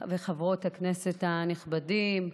חברות וחברי הכנסת הנכבדים,